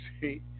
see